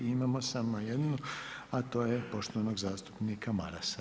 Imamo samo jednu, a to je poštovanog zastupnika Marasa.